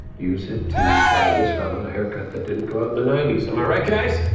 use it to find this fella a haircut that didn't go out in the ninety s. am i right guys?